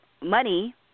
money